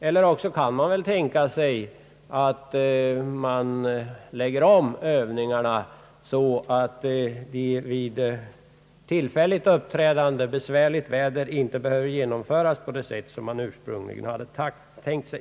Eller också kan man väl tänka sig att lägga om Övningarna så att de vid tillfälligt uppträdande besvärligt väder inte behöver genomföras på det sätt som man ursprungligen hade tlänkt sig.